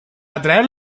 atraer